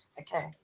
Okay